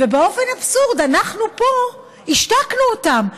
ובאופן אבסורדי אנחנו פה השתקנו אותן,